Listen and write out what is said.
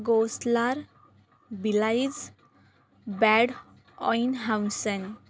Goslar बिलाईज Bad Eoin हाऊनसेन